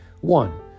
one